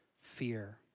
fear